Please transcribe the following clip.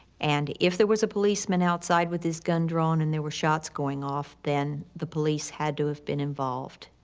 and if there was a policeman outside with his gun drawn and there were shots going off then, the police had to have been involved.